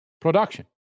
production